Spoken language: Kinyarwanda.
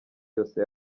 yose